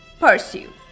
pursue